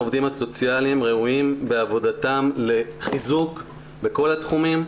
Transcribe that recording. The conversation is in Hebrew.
העובדים הסוציאליים ראויים בעבודתם לחיזוק בכל התחומים,